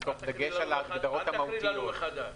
אל תקריא לנו מחדש.